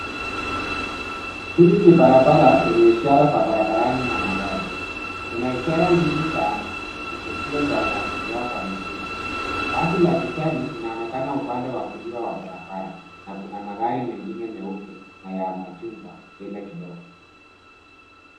Hili ni barabara yenye ishara za barabarani na magari. Kuna ishara mbili za kivukio cha watembea kwa miguu. Basi la kijani, linaonekana upande wa kulia wa barabara, na kuna magari mengine meupe, na ya machungwa, mbele kidogo.